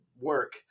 work